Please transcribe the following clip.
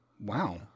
wow